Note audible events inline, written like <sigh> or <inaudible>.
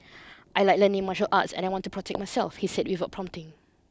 I like learning martial arts and I want to protect <noise> myself he said without prompting